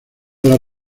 las